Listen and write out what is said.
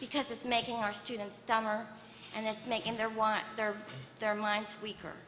because it's making our students dumber and thus making their want their their lives weaker